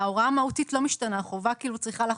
ההוראה המהותית לא משתנה והחובה צריכה לחול.